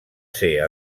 ser